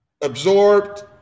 absorbed